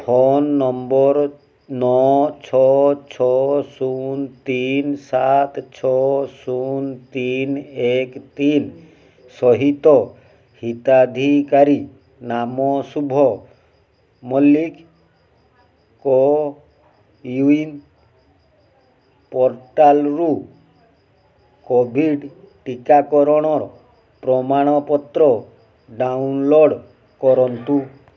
phone number ନଅ ଛଅ ଛଅ ଶୁନ ତିନି ସାତ ଛଅ ଶୁନ ତିନି ଏକ ତିନି ସହିତ ହିତାଧିକାରୀ ନାମ ଶୁଭ ମଲ୍ଲିକ୍ କୋଇୱିନ୍ ପୋର୍ଟାଲ୍ରୁ କୋଭିଡ଼୍ ଟିକାକରଣ ପ୍ରମାଣପତ୍ର ଡାଉନ୍ଲୋଡ଼୍ କରନ୍ତୁ